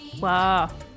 Wow